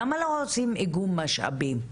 למה לא עושים איגום משאבים?